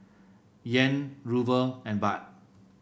Yen Ruble and Baht